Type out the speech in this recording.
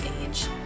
age